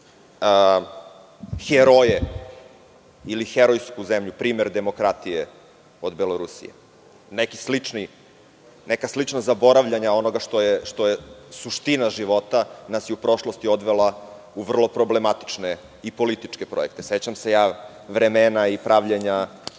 heroje ili herojsku zemlju, primer demokratije od Belorusije. Neka slična zaboravljanja onoga što je suština života nas je u prošlosti odvela u vrlo problematične i političke projekte.Sećam se vremena i pravljenja